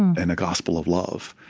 and a gospel of love,